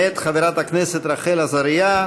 מאת חברת הכנסת רחל עזריה.